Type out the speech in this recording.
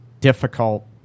difficult